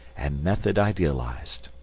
and method idealised.